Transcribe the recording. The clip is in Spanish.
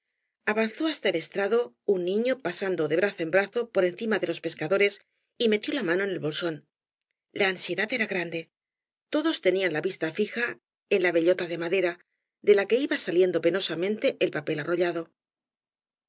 avaczó basta el estrado un n ño pasando de brazo en brazo por encima de les pescadores y metió la mano en el bolsón la ansiedad era grande todos tenían la vista fija en la bellota de madera de la que iba saliendo penosamante el papel arrollado